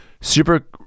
super